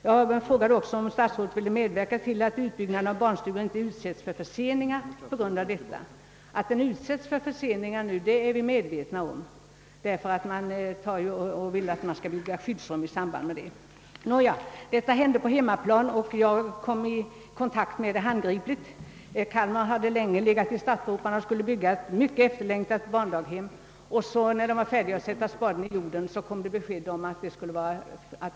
Jag frågade också om statsrådet ville medverka till att utbyggnaden av barnstugor inte utsätts för förseningar på grund av nämnda tolkning. Att det blir förseningar är vi medvetna om, eftersom civilförsvarsstyrelsen kräver att skyddsrum skall inrättas i barnstugorna. Jag kom i kontakt med detta problem rent praktiskt. I Kalmar låg man i startgroparna för att bygga ett mycket efterlängtat barndaghem, men när man skulle sätta spaden i jorden kom beskedet att skyddsrum måste anordnas.